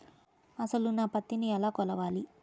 అసలు నా పత్తిని ఎలా కొలవాలి?